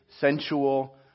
sensual